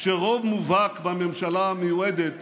כשרוב מובהק בממשלה המיועדת